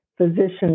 physician